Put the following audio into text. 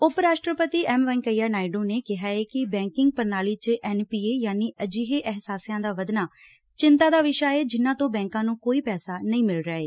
ਉਪ ਰਾਸ਼ਟਰਪਤੀ ਐਮ ਵੈਂਕਈਆ ਨਾਇਡੂ ਨੇ ਕਿਹਾ ਕਿ ਬੈਕਿੰਗ ਪ੍ਣਾਲੀ ਚ ਐਨ ਪੀ ਏ ਯਾਨੀ ਅਜਿਹੇ ਅਹਿਸਾਸਿਆ ਦਾ ਵੱਧਣਾ ਚਿਂਤਾ ਦਾ ਵਿਸ਼ਾ ਏ ਜਿਨੂਾਂ ਤੋਂ ਬੈਂਕਾਂ ਨੂੰ ਕੋਈ ਪੈਸਾ ਨਹੀਂ ਮਿਲ ਰਿਹੈ